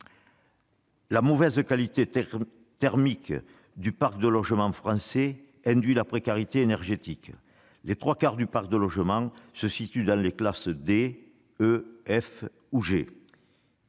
La mauvaise qualité thermique du parc de logement français induit la précarité énergétique : les trois quarts du parc de logement se situent dans les classes D, E, F ou G.